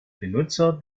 benutzer